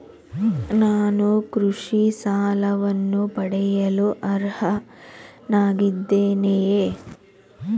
ನಾನು ಕೃಷಿ ಸಾಲವನ್ನು ಪಡೆಯಲು ಅರ್ಹನಾಗಿದ್ದೇನೆಯೇ?